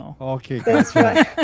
Okay